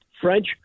French